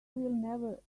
will